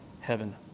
heaven